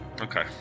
Okay